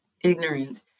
Ignorant